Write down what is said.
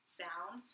sound